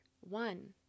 one